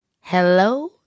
Hello